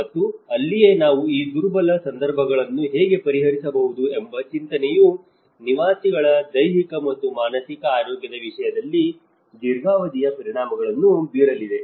ಮತ್ತು ಅಲ್ಲಿಯೇ ನಾವು ಈ ದುರ್ಬಲ ಸಂದರ್ಭಗಳನ್ನು ಹೇಗೆ ಪರಿಹರಿಸಬಹುದು ಎಂಬ ಚಿಂತನೆಯು ನಿವಾಸಿಗಳ ದೈಹಿಕ ಮತ್ತು ಮಾನಸಿಕ ಆರೋಗ್ಯದ ವಿಷಯದಲ್ಲಿ ದೀರ್ಘಾವಧಿಯ ಪರಿಣಾಮಗಳನ್ನು ಬೀರಲಿದೆ